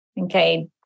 okay